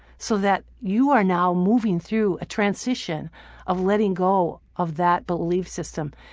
so that you are now moving through a transition of letting go of that belief system.